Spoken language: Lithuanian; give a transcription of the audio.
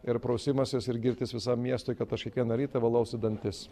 ir prausimasis ir girtis visam miestui kad aš kiekvieną rytą valausi dantis